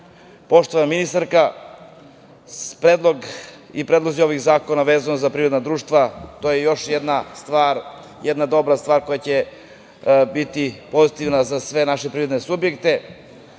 poštovana ministarko, predlozi ovih zakona vezani za privredna društva su još jedna dobra stvar koja će biti pozitivna za sve naše privredne subjekte,